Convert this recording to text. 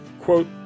quote